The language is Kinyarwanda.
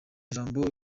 jambo